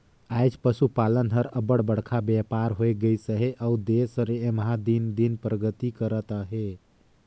आएज पसुपालन हर अब्बड़ बड़खा बयपार होए गइस अहे अउ देस हर एम्हां दिन दिन परगति करत अहे